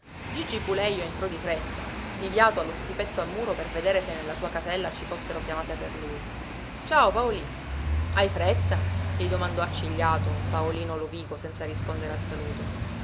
gigi pulejo entrò di fretta diviato allo stipetto a muro per vedere se nella sua casella ci fossero chiamate per lui ciao paolì hai fretta gli domandò accigliato paolino lovico senza rispondere al saluto